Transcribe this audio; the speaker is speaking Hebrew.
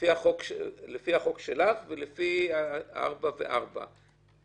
לפי החוק שלך זה ארבע שנים וארבע שנים,